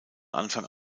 anfang